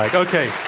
like okay.